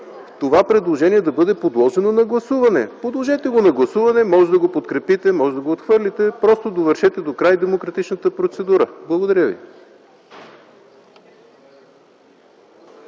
това предложение да бъде подложено на гласуване. Подложете го на гласуване. Може да го подкрепите, може да го отхвърлите?! Просто довършете докрай демократичната процедура. Благодаря ви.